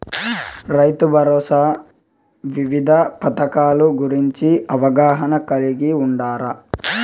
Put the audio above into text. రైతుభరోసా వివిధ పథకాల గురించి అవగాహన కలిగి వుండారా?